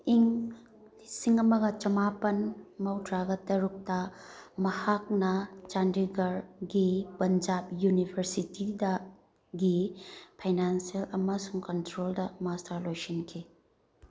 ꯏꯪ ꯂꯤꯁꯤꯡ ꯑꯃꯒ ꯆꯃꯥꯄꯜ ꯃꯧꯗ꯭ꯔꯥꯒ ꯇꯔꯨꯛꯇ ꯃꯍꯥꯛꯅ ꯆꯥꯟꯗꯤꯒꯔꯒꯤ ꯄꯟꯖꯥꯕ ꯌꯨꯅꯤꯕꯔꯁꯤꯇꯤꯗꯒꯤ ꯐꯥꯏꯅꯥꯟꯁꯦꯜ ꯑꯃꯁꯨꯡ ꯀꯟꯇ꯭ꯔꯣꯜꯗ ꯃꯥꯁꯇꯔ ꯂꯣꯏꯁꯤꯟꯈꯤ